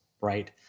right